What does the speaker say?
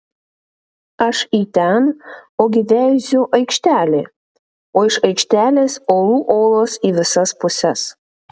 aš į ten ogi veiziu aikštelė o iš aikštelės olų olos į visas puses